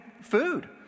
food